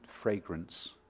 fragrance